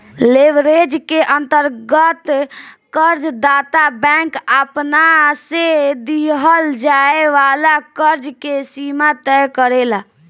leverage के अंतर्गत कर्ज दाता बैंक आपना से दीहल जाए वाला कर्ज के सीमा तय करेला